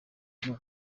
irimo